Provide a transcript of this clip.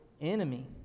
enemy